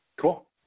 Cool